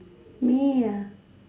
me ah